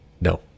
no